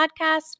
Podcast